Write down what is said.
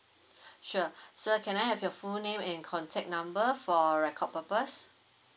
sure sir can I have your full name and contact number for record purpose